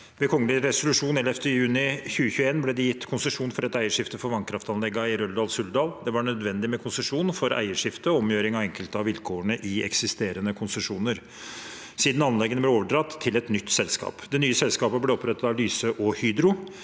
Ved kgl.res. 11. juni 2021 ble det gitt konsesjon for et eierskifte for vannkraftanleggene i Røldal– Suldal. Det var nødvendig med konsesjon for eierskifte og omgjøring av enkelte av vilkårene i eksisterende konsesjoner siden anleggene ble overdratt til et nytt selskap. Det nye selskapet ble opprettet av Lyse og Hydro